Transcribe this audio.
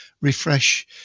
refresh